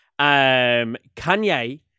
Kanye